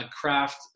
craft